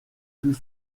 plus